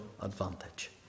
advantage